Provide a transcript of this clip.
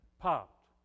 popped